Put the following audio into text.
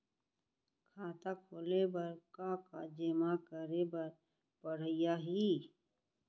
खाता खोले बर का का जेमा करे बर पढ़इया ही?